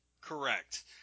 Correct